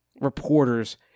reporters